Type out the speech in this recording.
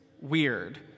weird